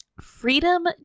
Freedom